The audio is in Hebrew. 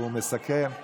הוא מסכם.